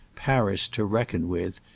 paris to reckon with,